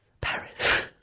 Paris